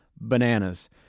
bananas